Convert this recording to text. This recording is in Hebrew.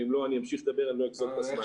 ואם לא, אני אמשיך לדבר, אני לא אגזול את הזמן.